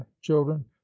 children